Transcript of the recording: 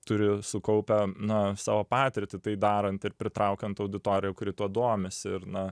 turi sukaupę na savo patirtį tai darant ir pritraukiant auditoriją kuri tuo domisi ir na